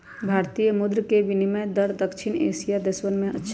भारतीय मुद्र के विनियम दर दक्षिण एशियाई देशवन में अच्छा हई